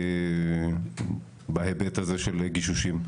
בהיבט הזה של גישושים.